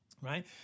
right